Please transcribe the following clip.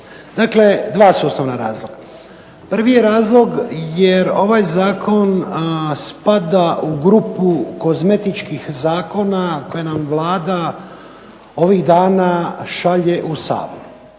Dakle, dva su osnovna razloga. Prvi je razlog jer ovaj zakon spada u grupu kozmetičkih zakona koje nam Vlada ovih dana šalje u Sabor.